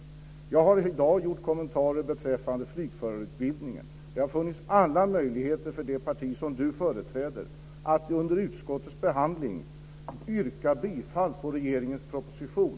I dag har jag gjort kommentarer beträffande flygförarutbildningen. Det har funnits alla möjligheter för det parti som Tuve Skånberg företräder att under utskottets behandling tillstyrka regeringens proposition.